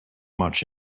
much